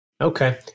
Okay